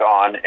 on